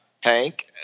Hank